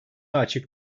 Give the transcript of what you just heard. açık